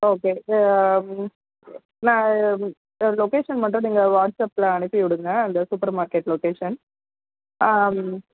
okay நான் location மட்டும் நீங்கள் வாட்ஸ்அப்பில் அனுப்பி விடுங்க இந்த சூப்பர் மார்க்கெட் லொக்கேஷன்